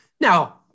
Now